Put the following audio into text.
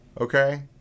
okay